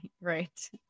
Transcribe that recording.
Right